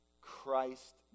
Christ